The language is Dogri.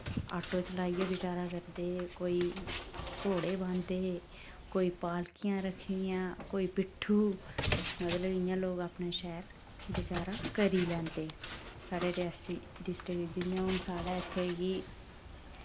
आटो चलाइयै गुजारा करदे कोई घोड़े बांह्दे कोई पालकियां रक्खी दियां कोई पिट्ठू मतलब इयां लोक अपनै शैल गुजारा करी लैंदे साढ़े रियासी डिस्ट्रिक जि'यां हुन साढ़े इत्थै कि